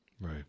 Right